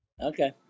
Okay